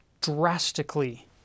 drastically